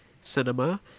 Cinema